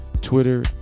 Twitter